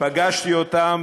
פגשתי אותם,